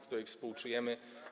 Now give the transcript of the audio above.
której współczujemy.